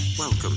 Welcome